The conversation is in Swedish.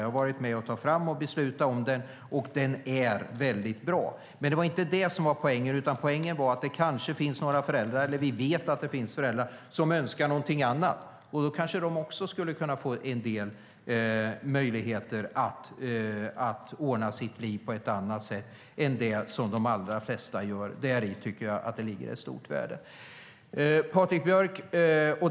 Jag har varit med och tagit fram och beslutat om den, och den är väldigt bra. Men det var inte det som var poängen, utan poängen var att vi vet att det finns föräldrar som önskar någonting annat. De kanske också skulle kunna få en del möjligheter att ordna sina liv på ett annat sätt än det som de allra flesta väljer. Däri tycker jag att det ligger ett stort värde.